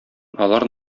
алар